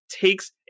takes